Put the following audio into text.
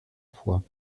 fois